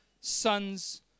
sons